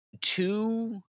two